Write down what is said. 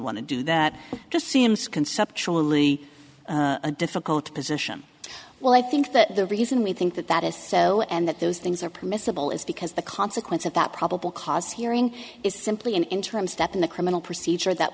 want to do that just seems conceptually a difficult position well i think that the reason we think that that is so and that those things are permissible is because the consequence of that probable cause hearing is simply an interim step in a criminal procedure that